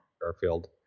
Garfield